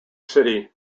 city